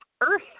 earth